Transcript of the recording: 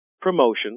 promotion